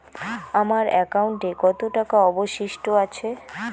আমার একাউন্টে কত টাকা অবশিষ্ট আছে?